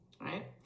right